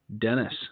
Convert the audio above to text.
Dennis